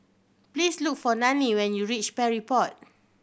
please look for Nannie when you reach Parry Road